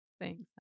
Thanks